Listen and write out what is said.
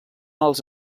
els